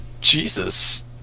Jesus